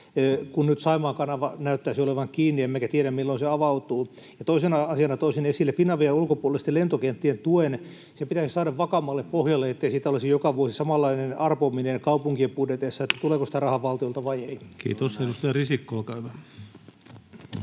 kun nyt Saimaan kanava näyttäisi olevan kiinni emmekä tiedä, milloin se avautuu. Ja toisena asiana toisin esille Finavian ulkopuolisten lentokenttien tuen. Se pitäisi saada vakaammalle pohjalle, ettei olisi joka vuosi samanlaista arpomista kaupunkien budjeteissa siitä, tuleeko sitä rahaa valtiolta vai ei. Kiitos. — Edustaja Risikko, olkaa hyvä.